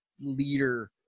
leader